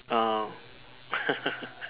uh